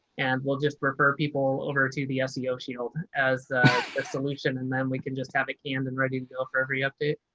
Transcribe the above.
and we'll just refer people over to the seo shield as a solution. and then we can just have a cannon and ready to go for every update.